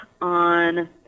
on